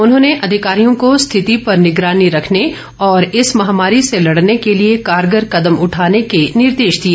उन्होंने अधिकारियों को स्थिति पर निगरानी रखने और इस महामारी से लड़ने के लिए कारगर कदम उठाने के निर्देश दिए